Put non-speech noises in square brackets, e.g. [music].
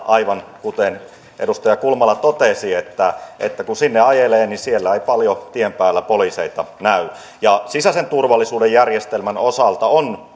aivan kuten edustaja kulmala totesi että että kun sinne ajelee niin siellä ei paljon tien päällä poliiseja näy sisäisen turvallisuuden järjestelmän osalta on [unintelligible]